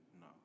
No